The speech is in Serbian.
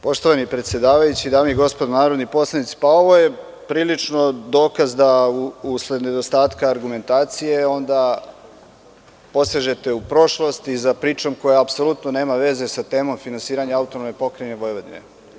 Poštovani predsedavajući, dame i gospodo narodni poslanici, ovo je prilično dokaz da usred nedostatka argumentacije posežete u prošlost i za pričom koja apsolutno nema veze sa temom finansiranja AP Vojvodine.